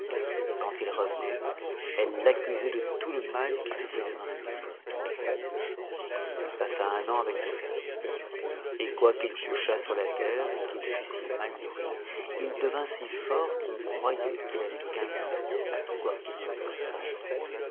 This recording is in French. et quand il revenait elle l'accusait de tout le mal qui se faisait dans la maison il passa un an avec ce fermier et quoiqu'il couchât sur la terre et qu'il fût si mal nourri il devint si fort qu'on croyait qu'il avait quinze ans quoiqu'il n'en eût que treize